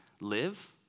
live